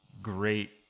great